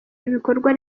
ibikorwa